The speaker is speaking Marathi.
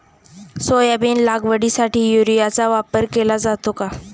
सोयाबीन लागवडीसाठी युरियाचा वापर केला जातो का?